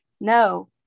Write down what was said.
no